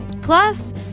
Plus